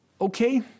Okay